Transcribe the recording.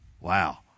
Wow